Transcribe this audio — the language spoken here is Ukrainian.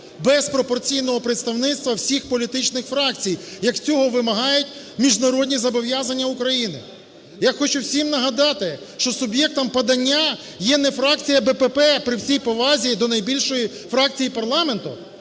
без пропорційного представництва всіх політичних фракцій, як цього вимагають міжнародні зобов'язання України. Я хочу всіх нагадати, що суб'єктом подання є не фракція БПП, при всій повазі до найбільшої фракції парламенту,